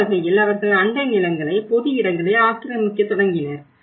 அந்த வகையில் அவர்கள் அண்டை நிலங்களை பொது இடங்களை ஆக்கிரமிக்கத் தொடங்கினர்